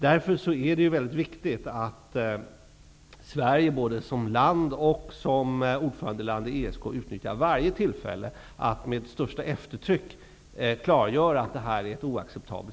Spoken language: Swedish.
Därför är det mycket viktigt att Sverige både som land och ordförande i ESK utnyttjar varje tillfälle att med största eftertryck klargöra att situationen är oacceptabel.